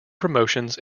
promotions